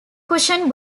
cushion